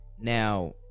Now